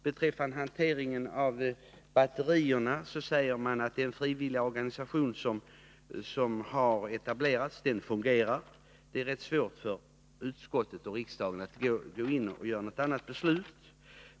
Beträffande hanteringen av batterier säger man att den frivilliga organisation som har etablerats fungerar. Det är rätt svårt för utskottet och riksdagen att gå in och besluta någonting annat.